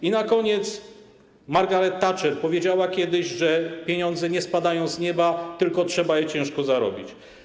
I na koniec: Margaret Thatcher powiedziała kiedyś, że pieniądze nie spadają z nieba, tylko trzeba je ciężko zarobić.